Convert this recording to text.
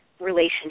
relationship